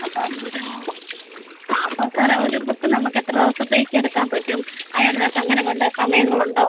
അപ്പം ഒരു ആ അപ്പോൾ സാറേ ഒരു ബുക്ക് നമുക്കെത്ര ദിവസത്തേക്കെടുക്കാൻ പറ്റും അതിനൊക്കെ അങ്ങനെ വല്ല സമയങ്ങളുണ്ടോ